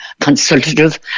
consultative